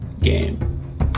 game